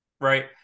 right